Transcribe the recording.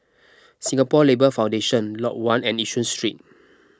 Singapore Labour Foundation Lot one and Yishun Street